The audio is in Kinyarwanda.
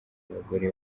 abagore